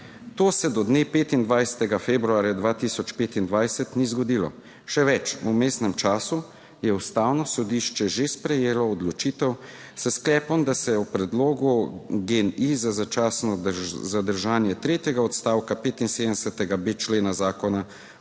To se do dne 25. februarja 2025 ni zgodilo. Še več, v vmesnem času je Ustavno sodišče že sprejelo odločitev s sklepom, da se v predlogu GEN-I za začasno zadržanje tretjega odstavka 75.b člena Zakona